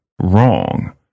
wrong